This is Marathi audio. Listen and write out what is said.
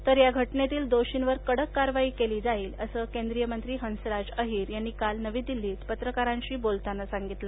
तर या घटनेतील दोषींवर कडक कारवाई केली जाईल असं केंद्रीय मंत्री हंसराज अहीर यांनी काल नवी दिल्लीत पत्रकारांशी बोलताना सांगितलं